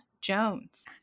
Jones